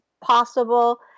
possible